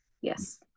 Yes